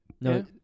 no